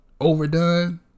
overdone